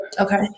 Okay